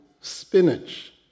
spinach